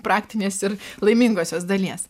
praktinės ir laimingosios dalies